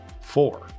Four